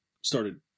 started